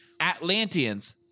atlanteans